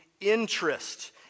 interest